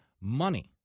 money